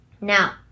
now